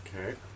Okay